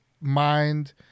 mind